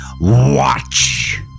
watch